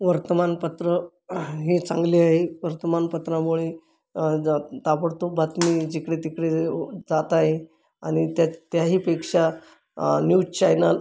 वर्तमानपत्र हे चांगले आहे वर्तमानपत्रामुळे ज ताबडतोब बातमी जिकडे तिकडे जात आहे आणि त्या त्याहीपेक्षा न्यूज चॅनल